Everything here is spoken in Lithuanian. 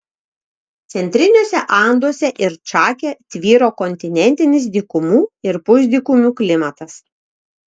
centriniuose anduose ir čake tvyro kontinentinis dykumų ir pusdykumių klimatas